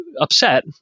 upset